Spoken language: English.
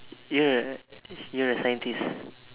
you're a you're a scientist